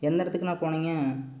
எந்த இடத்துக்குண்ணா போனீங்கள்